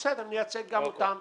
נייצג גם אותם.